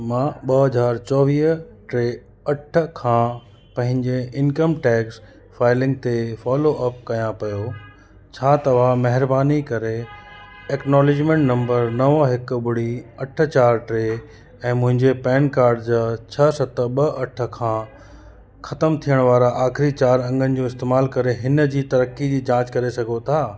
मां ॿ हज़ार चोवीह टे अठ खां पंहिंजे इनकम टैक्स फाइलिंग ते फॉलोअप कयां पियो छा तव्हां महिरबानी करे एक्नॉलेजमेंट नंबर नव हिकु ॿुड़ी अठ चार टे ऐं मुंहिंजे पैन कार्ड जा छह सत ॿ अठ खां ख़तमु थियण वारा आख़िरी चार अंगनि जो इस्तेमालु करे हिन जी तरक़ी जी जाच करे सघो था